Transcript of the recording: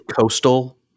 coastal